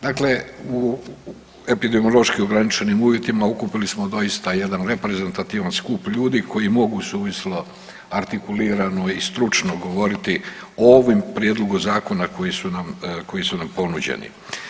Dakle, u epidemiološki ograničenim uvjetima okupili smo dosta jedan reprezentativan skup ljudi koji mogu suvislo artikulirano i stručno govoriti o ovom prijedlogu zakona koji su nam ponuđeni.